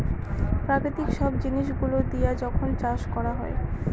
প্রাকৃতিক সব জিনিস গুলো দিয়া যখন চাষ করা হয়